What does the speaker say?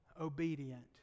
obedient